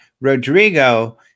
Rodrigo